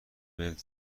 بهت